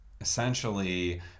essentially